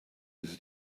his